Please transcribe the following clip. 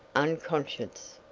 unconscious!